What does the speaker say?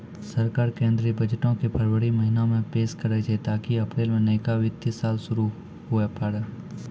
सरकार केंद्रीय बजटो के फरवरी महीना मे पेश करै छै ताकि अप्रैल मे नयका वित्तीय साल शुरू हुये पाड़ै